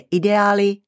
ideály